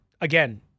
again